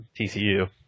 TCU